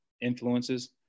influences